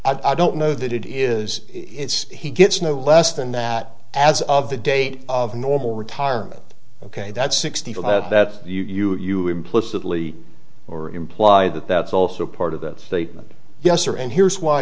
i don't know that it is it's he gets no less than that as of the date of normal retirement ok that's sixty five that you implicitly or implied that that's also part of that statement yes or and here's why